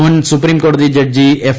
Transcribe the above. മുൻ സുപ്രീംകോടതി judge F